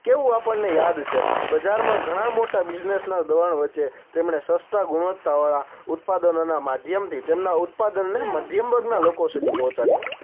કેવું આપણને યાદ છે બજારમાં ઘણા મોટા બિઝનેસના દોડાણ વચ્ચે તેમણે સસ્તા ગુણવત્તાવાળા ઉત્પાદનોના માધ્યમથી તેમના ઉત્પાદનને મધ્યમ વર્ગના લોકો સુધી પહોંચાડી